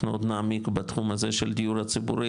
אנחנו עוד נעמיק בתחום הזה של הדיור הציבורי,